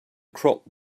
crop